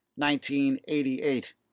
1988